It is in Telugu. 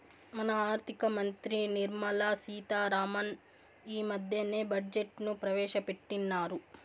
మన ఆర్థిక మంత్రి నిర్మలా సీతా రామన్ ఈ మద్దెనే బడ్జెట్ ను ప్రవేశపెట్టిన్నారు